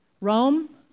Rome